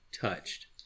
touched